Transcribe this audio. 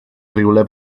rywle